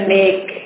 make